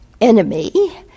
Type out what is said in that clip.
enemy